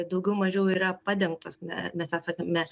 daugiau mažiau yra padengtos ne mes esame mes